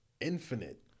infinite